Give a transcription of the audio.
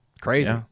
Crazy